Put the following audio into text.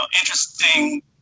interesting